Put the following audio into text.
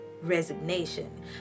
resignation